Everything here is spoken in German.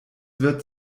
wird